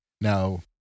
now